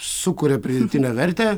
sukuria pridėtinę vertę